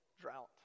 drought